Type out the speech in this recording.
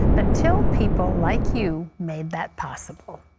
until people like you made that possible.